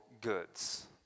goods